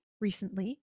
recently